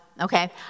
Okay